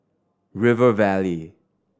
River Valley